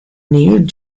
need